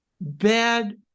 bad